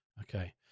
Okay